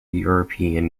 european